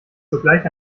sogleich